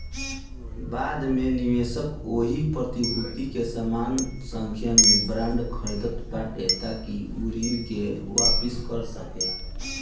बाद में निवेशक ओही प्रतिभूति के समान संख्या में बांड खरीदत बाटे ताकि उ ऋण के वापिस कर सके